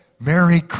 Merry